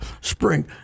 spring